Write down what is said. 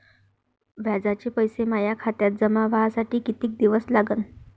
व्याजाचे पैसे माया खात्यात जमा व्हासाठी कितीक दिवस लागन?